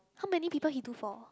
how many people he do for